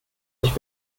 ich